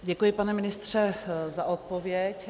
Děkuji, pane ministře, za odpověď.